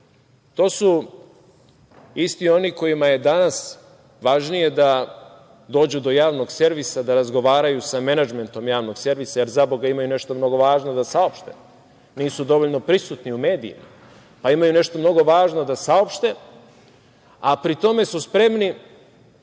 To su isti oni kojima je danas važnije da dođu do Javnog servisa, da razgovaraju sa menadžmentom Javnog servisa, jer, zaboga, imaju nešto mnogo važno da saopšte, nisu dovoljno prisutni u medijima pa imaju nešto mnogo važno da saopšte, a pri tome su spremni